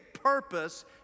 purpose